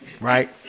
Right